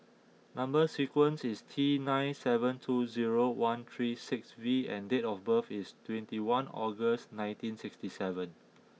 number sequence is T nine seven two zero one three six V and date of birth is twenty one August nineteen sixty seven